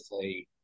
say